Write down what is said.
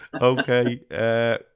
Okay